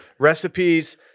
recipes